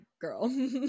girl